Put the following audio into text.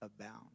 abound